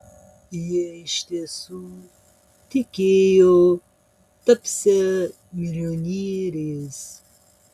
jie iš tiesų tikėjo tapsią milijonieriais